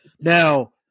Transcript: Now